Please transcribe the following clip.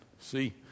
See